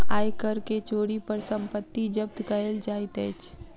आय कर के चोरी पर संपत्ति जब्त कएल जाइत अछि